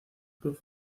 club